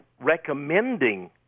recommending